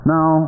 Now